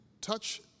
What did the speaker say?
touch